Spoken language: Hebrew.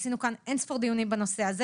עשינו כאן אין-ספור דיונים בנושא הזה